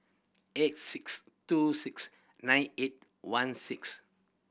eight six two six nine eight one six